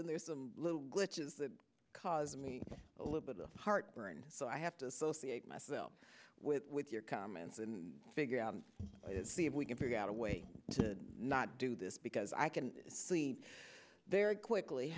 then there's a little glitches that cause me a little bit of heartburn so i have to associate myself with with your comments and figure out if we can figure out a way to not do this because i can sleep very quickly